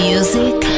Music